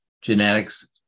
genetics